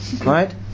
right